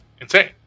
insane